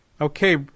Okay